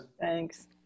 Thanks